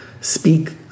speak